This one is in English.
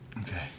Okay